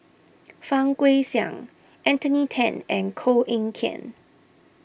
Fang Guixiang Anthony then and Koh Eng Kian